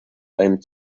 einem